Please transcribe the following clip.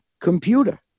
computer